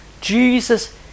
Jesus